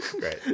Great